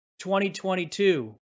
2022